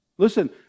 Listen